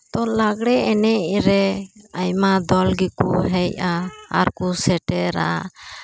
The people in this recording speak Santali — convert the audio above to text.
ᱞᱟᱜᱽᱲᱮ ᱮᱱᱮᱡ ᱨᱮ ᱟᱭᱢᱟ ᱫᱚᱞ ᱜᱮᱠᱚ ᱦᱮᱡᱼᱟ ᱟᱨᱠᱚ ᱥᱮᱴᱮᱨᱟ